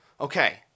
Okay